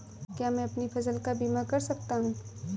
क्या मैं अपनी फसल का बीमा कर सकता हूँ?